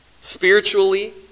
Spiritually